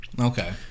okay